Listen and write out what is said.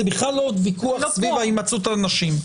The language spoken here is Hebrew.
זה בכלל לא עוד ויכוח סביב הימצאות הנשים.